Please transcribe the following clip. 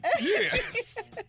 Yes